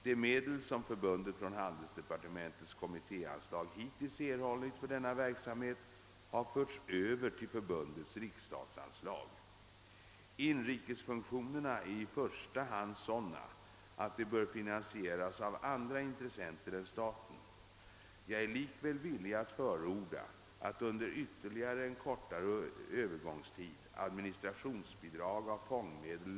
De medel som förbundet från handelsdepartementets kommittéanslag hittills erhållit för denna verksamhet har förts över till förbundets riksstatsanslag. Inrikesfunktionerna är i första hand sådana att de bör finansieras av andra intressenter än staten. Jag är likväl villig förorda att under ytterligare en kortare övergångstid administrationsbidrag av fondmedel.